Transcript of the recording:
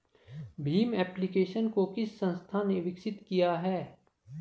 Bhim application को किस संस्था ने विकसित किया है?